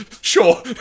Sure